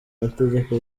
amategeko